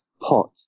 pot